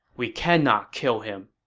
we cannot kill him.